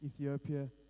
Ethiopia